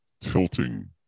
tilting